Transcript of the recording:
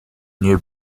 new